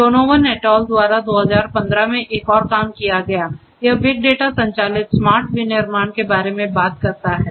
Donovan et al द्वारा 2015 में एक और काम किया गया यह बिग डेटा संचालित स्मार्ट विनिर्माण के बारे में बात करता है